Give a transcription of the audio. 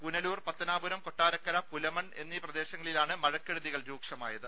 പുനലൂർ പത്തനാപുരം കൊട്ടാരക്കര പുലമൺ എന്നീ പുപ്പദ്ദേശങ്ങളിലാണ് മഴക്കെടുതികൾ രൂക്ഷമായത്